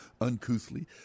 uncouthly